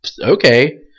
okay